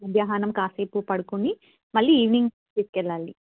మధ్యాహ్నం కాసేపు పడుకుని మళ్ళీ ఈవినింగ్ తీసుకెళ్ళాలి